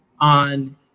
on